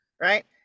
right